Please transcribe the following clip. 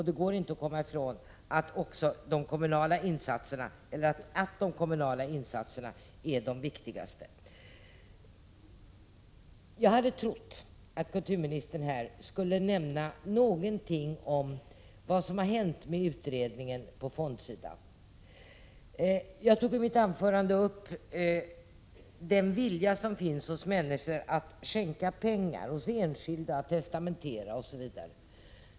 Det går inte att komma ifrån att de kommunala insatserna är de viktigaste. Jag hade trott att kulturministern skulle nämna någonting om vad som har hänt med utredningen på fondsidan. Jag tog i mitt anförande upp den vilja — Prot. 1986/87:100 som finns hos människor att skänka pengar, viljan hos enskilda att 2 april1987 testamentera osv.